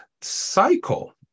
cycle